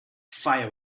fire